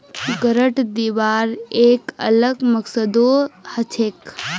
grant दिबार एक अलग मकसदो हछेक